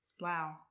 Wow